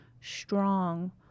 strong